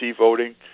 voting